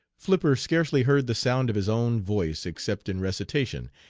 flipper scarcely heard the sound of his own voice except in recitation,